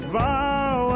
vow